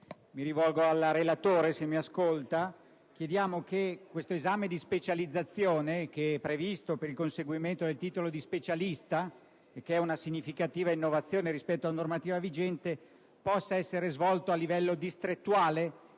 Mi rivolgo al relatore, se mi ascolta: chiediamo che l'esame di specializzazione previsto per il conseguimento del titolo di specialista (una significativa innovazione rispetto alla normativa vigente) possa essere svolto a livello distrettuale